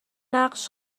نقش